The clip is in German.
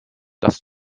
dass